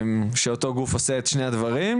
כשאותו גוף עושה את שני הדברים.